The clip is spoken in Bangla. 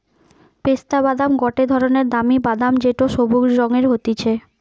পেস্তা বাদাম গটে ধরণের দামি বাদাম যেটো সবুজ রঙের হতিছে